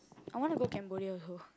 I wanna go Cambodia also